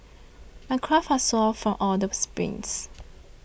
my calves are sore from all the sprints